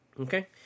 okay